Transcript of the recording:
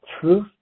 truth